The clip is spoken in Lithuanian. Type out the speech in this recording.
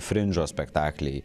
frinžo spektakliai